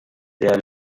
der